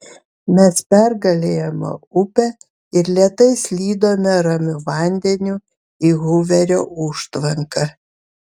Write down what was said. mes pergalėjome upę ir lėtai slydome ramiu vandeniu į huverio užtvanką